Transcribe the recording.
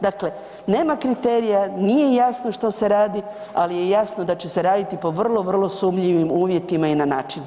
Dakle, nema kriterija, nije jasno što se radi, ali je jasno da će se raditi po vrlo vrlo sumnjivim uvjetima i na način.